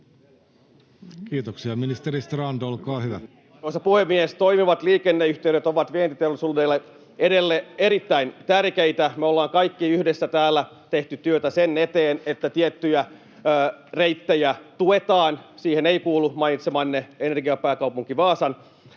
Arvoisa puhemies! Toimivat liikenneyhteydet ovat vientiteollisuudelle edelleen erittäin tärkeitä. Me ollaan kaikki yhdessä täällä tehty työtä sen eteen, että tiettyjä reittejä tuetaan. Siihen ei kuulu mainitsemanne energiapääkaupunki Vaasan